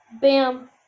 Bam